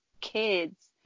kids